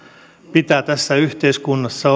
pitää tässä yhteiskunnassa